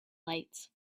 lights